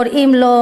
קוראים לו